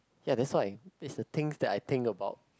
ya that's why this the things that I think about